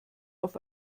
auf